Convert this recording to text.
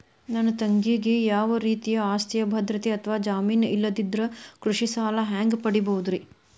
ನನ್ನ ತಂಗಿಗೆ ಯಾವ ರೇತಿಯ ಆಸ್ತಿಯ ಭದ್ರತೆ ಅಥವಾ ಜಾಮೇನ್ ಇಲ್ಲದಿದ್ದರ ಕೃಷಿ ಸಾಲಾ ಹ್ಯಾಂಗ್ ಪಡಿಬಹುದ್ರಿ?